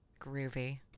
Groovy